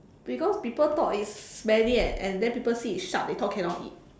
because people thought it's smelly and and then people see it's sharp they thought cannot eat